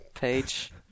page